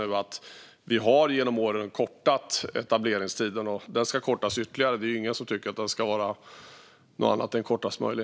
Vi har genom åren kortat etableringstiden. Den ska kortas ytterligare. Det är ingen som tycker att den ska vara något annat är kortast möjlig.